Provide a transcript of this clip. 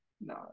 no